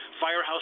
Firehouse